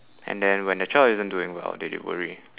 and then when their child isn't doing well then they worry